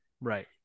Right